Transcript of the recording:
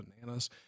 bananas